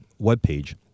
webpage